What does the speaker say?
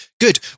Good